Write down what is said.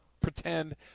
pretend